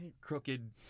crooked